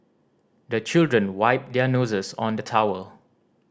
the children wipe their noses on the towel